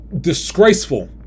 disgraceful